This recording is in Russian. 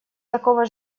такого